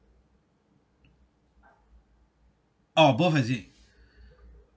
oh both is it